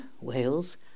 Wales